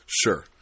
Sure